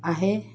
আহে